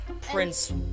Prince